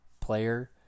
player